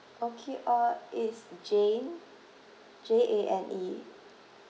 okay uh it's jane J A N E